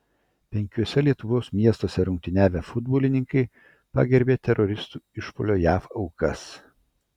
penkiuose lietuvos miestuose rungtyniavę futbolininkai pagerbė teroristų išpuolio jav aukas